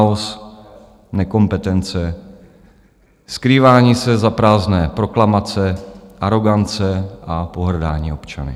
Chaos, nekompetence, skrývání se za prázdné proklamace, arogance a pohrdání občany.